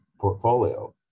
portfolio